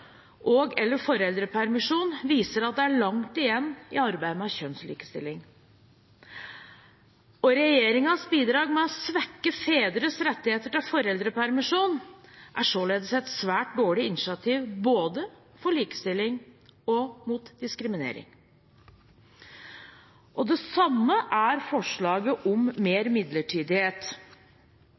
foreldrepermisjon viser at det er langt igjen i arbeidet med kjønnslikestilling. Regjeringens bidrag med å svekke fedres rettigheter til foreldrepermisjon er et svært dårlig initiativ mot både likestilling og diskriminering. Det samme er forslaget om mer midlertidighet.